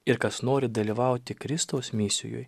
ir kas nori dalyvauti kristaus misijoj